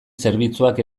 zerbitzuak